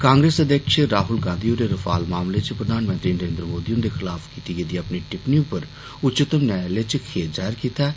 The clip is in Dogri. कांग्रेस अध्यक्ष राहुल गांधी होरें रफाल मामले च प्रधानमंत्री नरेन्द्र मोदी हुन्दे खलाफ कीती गेदी अपनी टिप्पणी उप्पर उच्चतप न्यायलय च खेद जाहिर कीता ऐ